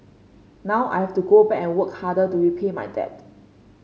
now I have to go back and work harder to repay my debt